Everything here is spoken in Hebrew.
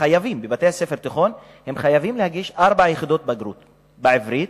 בבית-ספר תיכון הם חייבים להגיש לארבע יחידות בגרות בעברית,